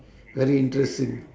very interesting